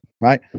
Right